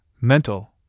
mental